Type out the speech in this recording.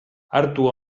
hartu